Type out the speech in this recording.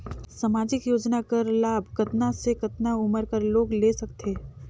समाजिक योजना कर लाभ कतना से कतना उमर कर लोग ले सकथे?